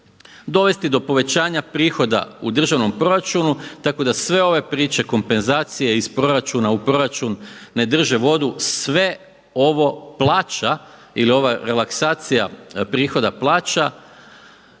dovesti do povećanja prihoda u državnom proračunu tako da sve ove priče, kompenzacije iz proračuna u proračun ne drže vodu, sve ovo plaća ili ova relaksacija prihoda plaća